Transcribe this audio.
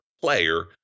player